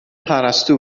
پرستو